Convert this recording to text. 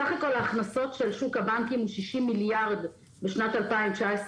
סך כל ההכנסות של שוק הבנקים הוא 60 מיליארד בשנת 2019,